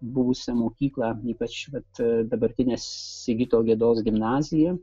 buvusią mokyklą ypač vat dabartinę sigito gedos gimnaziją